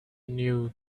new